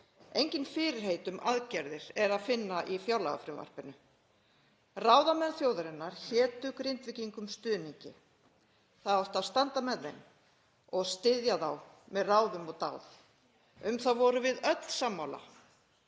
Engin fyrirheit um aðgerðir er að finna í fjárlagafrumvarpinu. Ráðamenn þjóðarinnar hétu Grindvíkingum stuðningi. Það átti að standa með þeim og styðja þá með ráðum og dáð. Um það vorum við öll sammála.